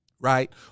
right